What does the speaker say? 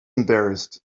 embarrassed